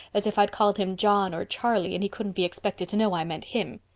as if i'd called him john or charlie and he couldn't be expected to know i meant him.